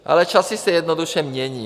Ale časy se jednoduše mění.